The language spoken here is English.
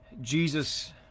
Jesus